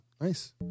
Nice